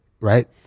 right